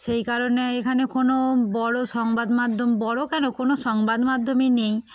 সেই কারণে এখানে কোনো বড়ো সংবাদ মাধ্যম বড়ো কেন কোনো সংবাদ মাধ্যমই নেই